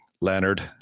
Leonard